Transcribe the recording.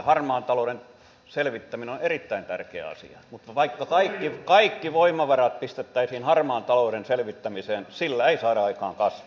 harmaan talouden selvittäminen on erittäin tärkeä asia mutta vaikka voimavarat pistettäisiin harmaan talouden selvittämiseen sillä ei saada aikaan kasvua